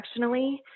directionally